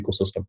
ecosystem